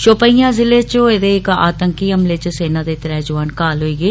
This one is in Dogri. शौपियां जिले च होए दे इक आतंकी हमले च सेना दे त्रै जुआन घायल होई गे